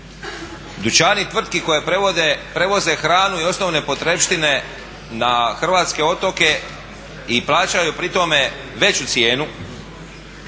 Dućani tvrtki koje prevoze hranu i osnovne potrepštine na hrvatske otoke i plaćaju pri tome veću cijenu,